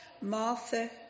Martha